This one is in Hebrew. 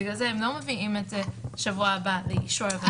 בגלל זה הם לא מביאים את זה בשבוע הבא לאישור המדיניות.